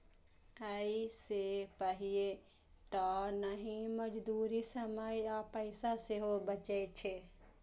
अय से पानिये टा नहि, मजदूरी, समय आ पैसा सेहो बचै छै